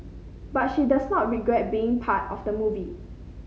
but she does not regret being a part of the movie